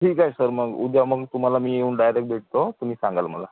ठीक आहे सर मग उद्या मग तुम्हाला मी येऊन डायरेक भेटतो तुम्ही सांगाल मला